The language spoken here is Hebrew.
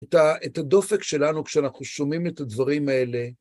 את הדופק שלנו כשאנחנו שומעים את הדברים האלה.